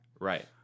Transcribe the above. Right